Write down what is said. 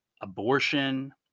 abortion